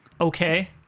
Okay